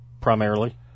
primarily